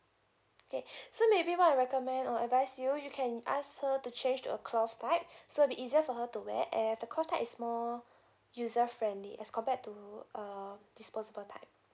okay so maybe what I recommend or advice you you can ask her to change to a cloth type so it be easier for her to wear and the cloth type is more user friendly as compared to a disposable type